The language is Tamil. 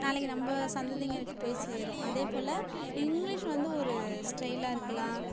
நாளைக்கு நம்ம சந்ததிங்களுக்கு போய் சேரும் அதே போல் இங்கிலீஷ் வந்து ஒரு ஸ்டைலாக இருக்கலாம்